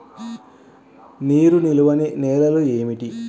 నీరు నిలువని నేలలు ఏమిటి?